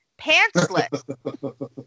pantsless